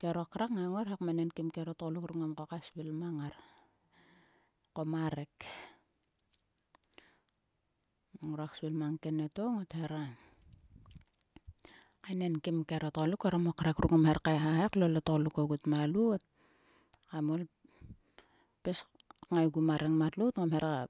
Kero krek ngang ngor he. Kmenenkim kero tgoluk ruk ngoma svil mang ngar ko ma rek. Ngruak svil mang ke nieto ngot hera kaenenkim kero tgoluk ogut ma lot kam ol pis ngaigu ma rengmat lout a ngom hera.